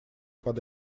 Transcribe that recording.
под